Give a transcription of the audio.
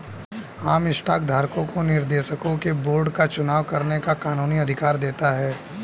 आम स्टॉक धारकों को निर्देशकों के बोर्ड का चुनाव करने का कानूनी अधिकार देता है